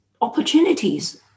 opportunities